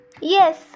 yes